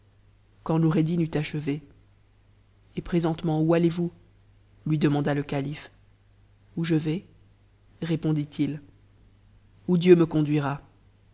nd noureddin eut achevé et présentement où allez-vous lui de mda le calife où je vais répondit h où dieu me conduira